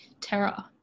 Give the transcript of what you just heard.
terror